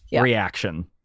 reaction